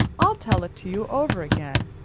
i'll tell it to you over again.